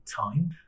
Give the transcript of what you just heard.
time